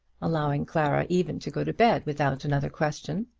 allowing clara even to go to bed without another question.